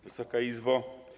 Wysoka Izbo!